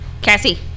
Cassie